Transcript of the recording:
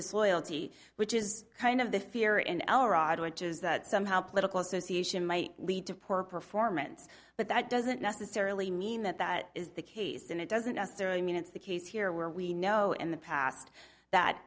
disloyalty which is kind of the fear and which is that somehow political association might lead to poor performance but that doesn't necessarily mean that that is the case and it doesn't necessarily mean it's the case here where we know in the past that